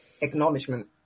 acknowledgement